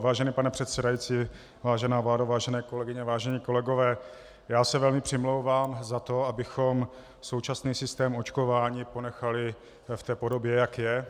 Vážený pane předsedající, vážená vládo, vážené kolegyně, vážení kolegové, já se velmi přimlouvám za to, abychom současný systém očkování ponechali v té podobě, jak je.